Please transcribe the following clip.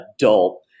adult